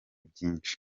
byinshi